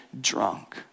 drunk